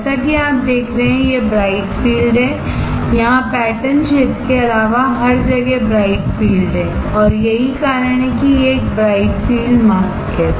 जैसा कि आप देख रहे हैं कि यह ब्राइट फील्ड है यहाँ पैटर्न क्षेत्र के अलावा हर जगह ब्राइट फील्ड है और यही कारण है कि यह एक ब्राइट फील्ड मास्क है